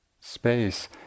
space